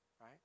right